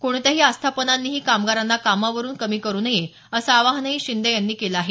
कोणत्याही आस्थापनांनीही कामगारांना कामावरून कमी करू नये असं आवाहनही डॉ शिंदे यांनी केलं आहे